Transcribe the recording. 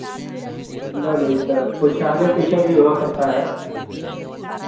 एकदम एकदम कुछ आगे पीछे भी हो सकता है